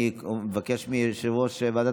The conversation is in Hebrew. התשפ"ג 2023. אני מבקש מיושב-ראש ועדת